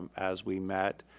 as we met,